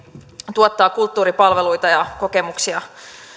tuottaa kulttuuripalveluita ja kokemuksia